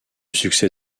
succès